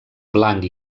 blanc